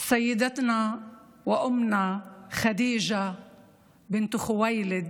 (אומרת בערבית: גברתנו ואימנו ח'דיג'ה בת ח'ווילד,